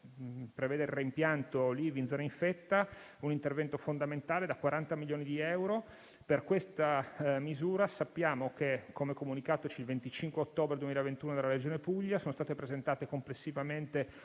prevede il reimpianto di ulivi in zona infetta, vi è un intervento fondamentale da 40 milioni di euro. Per questa misura, sappiamo che - come comunicatoci il 25 ottobre 2021 dalla Regione Puglia - sono state presentate complessivamente